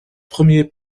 premier